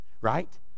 right